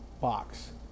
box